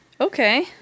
Okay